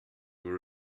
were